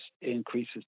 increases